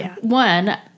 One